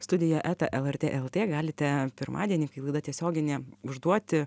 studija eta lrt lt galite pirmadienį kai laida tiesioginė užduoti